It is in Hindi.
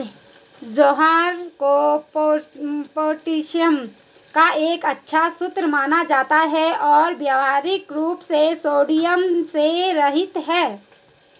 ज्वार को पोटेशियम का एक अच्छा स्रोत माना जाता है और व्यावहारिक रूप से सोडियम से रहित है